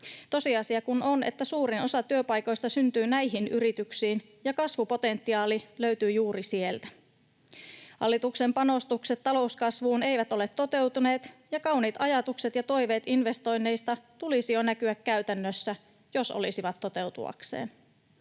Tosiasia kun on, että suurin osa työpaikoista syntyy näihin yrityksiin ja kasvupotentiaali löytyy juuri sieltä. Hallituksen panostukset talouskasvuun eivät ole toteutuneet, ja kauniiden ajatusten ja toiveiden investoinneista tulisi jo näkyä käytännössä, jos ne olisivat toteutuakseen.